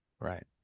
right